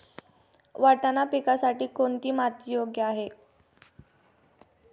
वाटाणा पिकासाठी कोणती माती योग्य आहे?